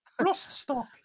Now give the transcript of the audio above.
Rostock